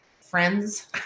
friends